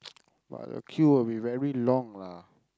but the queue will be very long lah